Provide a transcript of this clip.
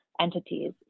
entities